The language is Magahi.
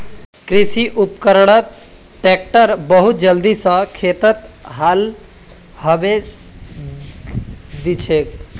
कृषि उपकरणत ट्रैक्टर बहुत जल्दी स खेतत हाल बहें दिछेक